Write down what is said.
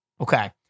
Okay